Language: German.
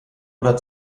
oder